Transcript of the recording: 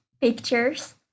pictures